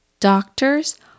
Doctors